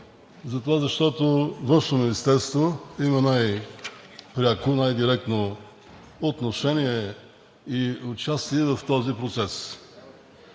министър, защото Външно министерство има най-пряко, най-директно отношение и участие в този процес,